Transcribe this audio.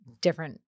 different